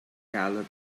galloped